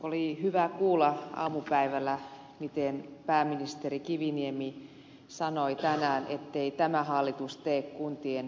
oli hyvä kuulla tänään aamupäivällä miten pääministeri kiviniemi sanoi ettei tämä hallitus tee kuntien pakkoliitoksia